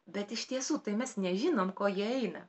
bet iš tiesų tai mes nežinom ko jie eina